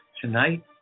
tonight